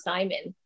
Simon